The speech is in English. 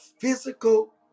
physical